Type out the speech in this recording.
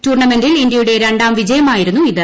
ടൂർണമെന്റിൽ ഇന്ത്യയുടെ രണ്ടാം വിജയമായിരുന്നു ഇത്